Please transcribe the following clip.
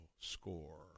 score